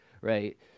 Right